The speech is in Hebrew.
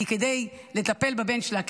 כי כדי לטפל בבן שלה,